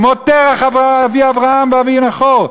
כמו תרח אבי אברהם ואבי נחור,